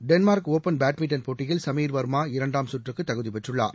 Denmark Open badminton போட்டியில் சமீர்வர்மா இரண்டாம் சுற்றுக்கு தகுதி பெற்றுள்ளார்